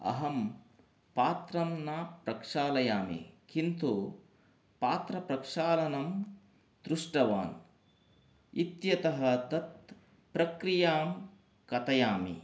अहं पात्रं न प्रक्षालयामि किन्तु पात्रप्रक्षालनं दृष्टवान् इत्यतः तत् प्रक्रियां कथयामि